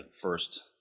first